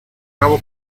cabo